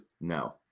No